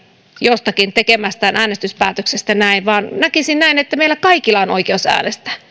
jostakin hänen tekemästään äänestyspäätöksestä näin vaan näkisin näin että meillä kaikilla on oikeus äänestää